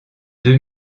deux